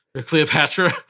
Cleopatra